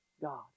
God